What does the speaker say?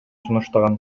сунуштаган